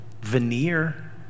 veneer